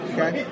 Okay